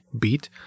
beat